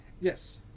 yes